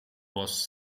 was